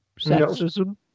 sexism